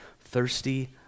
Thirsty